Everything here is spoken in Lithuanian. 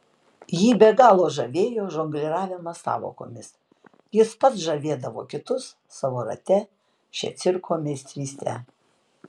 jį be galo žavėjo žongliravimas sąvokomis jis pats žavėdavo kitus savo rate šia cirko meistryste